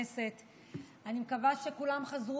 חגגת, חילי?